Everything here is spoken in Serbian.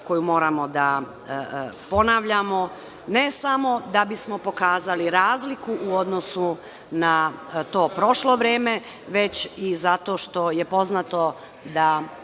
koju moramo da ponavljamo, ne samo da bismo pokazali razliku u odnosu na to prošlo vreme, već i zato što je poznato da